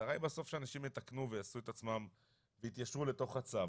המטרה היא בסוף שאנשים יתקנו ויתיישרו לתוך הצו,